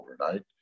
overnight